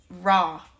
raw